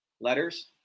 letters